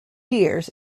years